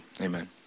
amen